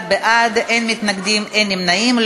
31 בעד, אין מתנגדים, אין נמנעים.